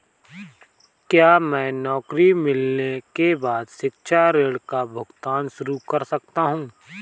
क्या मैं नौकरी मिलने के बाद शिक्षा ऋण का भुगतान शुरू कर सकता हूँ?